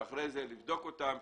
ואחר כן לבדוק אותם,